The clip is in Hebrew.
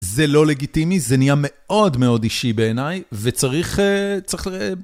זה לא לגיטימי, זה נהיה מאוד מאוד אישי בעיניי, וצריך, צריך ל...